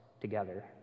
together